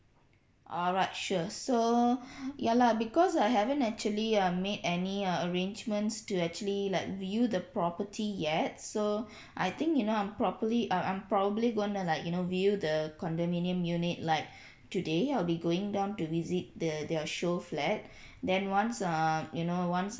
alright sure so ya lah because I haven't actually um made any uh arrangements to actually like view the property yet so I think you I'm properly uh I'm probably gonna like you know view the condominium unit like today I'll be going down to visit the their showflat then once err you know once